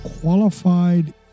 qualified